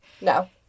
No